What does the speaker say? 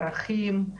ערכים,